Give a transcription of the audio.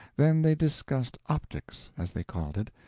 then they discussed optics, as they called it,